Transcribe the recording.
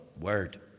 word